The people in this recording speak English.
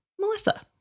Melissa